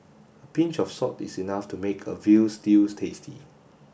a pinch of salt is enough to make a veal stews tasty